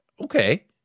okay